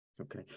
okay